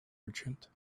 merchant